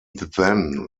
then